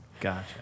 Gotcha